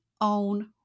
own